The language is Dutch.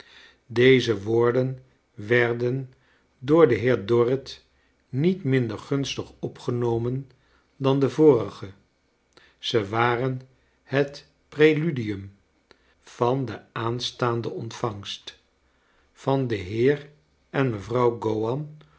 deze woorden werden door den heer dorrit niet minder gunstig opgenomen dan de vorige ze waren het preludium van de aanstaande ontvangst van den heer en mevrouw